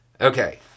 Okay